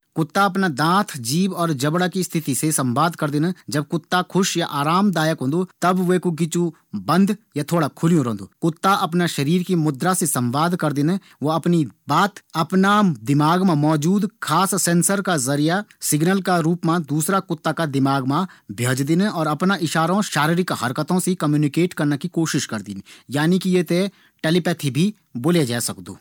कुत्ता अफणा दाँत, जीभ और जबड़ा की स्तिथि से संवाद करदिन। ज़ब कुत्ता खुश या आरामदायक होंदु तब विकू गिचू बंद या थोड़ा खुल्यूं रंदु। कुत्ता अफणा शरीर की मुद्रा से संवाद करदिन। वू अफणी बात अफणा दिमाग़ मा मौजूद खास सेंसर का जरिया सिग्नल का रूप मा दूसरा कुत्ता का दिमाग़ मा भेजदिन। और अफणा इशारों और शारीरिक हरकतों से कम्युनिकेट करना की कोशिश करदिन। यानि कि ये थें टेलीपेथी भी बोले जै सकदु